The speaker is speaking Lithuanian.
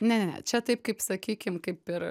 ne ne ne čia taip kaip sakykim kaip ir